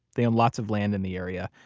they own lots of land in the area,